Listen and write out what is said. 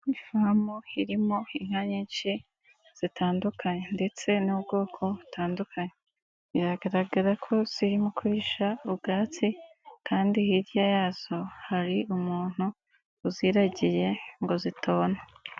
Ifamu irimo inka nyinshi zitandukanye, ndetse n'ubwoko butandukanye biragaragara ko zirimo kwisha ubwatsi, kandi hirya yazo hari umuntu uziragiye ngo zitona.